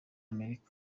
amerika